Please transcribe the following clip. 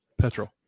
Petrol